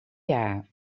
jaar